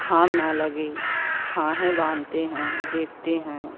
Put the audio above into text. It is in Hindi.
घाम न लगे छाहें बाँधते हैं देखते हैं